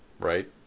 Right